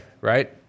Right